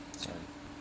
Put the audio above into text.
sorry